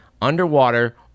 underwater